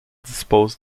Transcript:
dispose